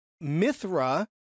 Mithra